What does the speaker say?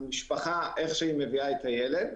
איך המשפחה מביאה את הילד.